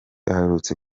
aherutse